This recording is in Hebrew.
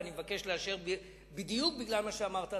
ואני מבקש לאשר בדיוק בגלל מה שאמרת,